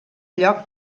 lloc